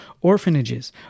orphanages